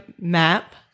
map